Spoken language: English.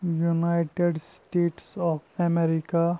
United States of America